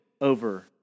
over